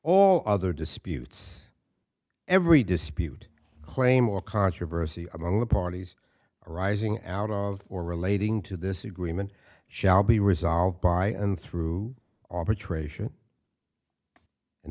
all other disputes every dispute claim or controversy among the parties arising out of or relating to this agreement shall be resolved by and through a